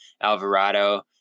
Alvarado